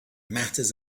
matters